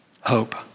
hope